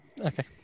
Okay